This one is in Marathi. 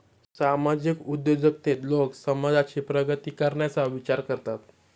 सामाजिक उद्योजकतेत लोक समाजाची प्रगती करण्याचा विचार करतात